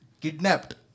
kidnapped